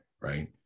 right